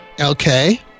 okay